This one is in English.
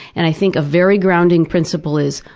and i think a very grounding principle is,